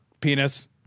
penis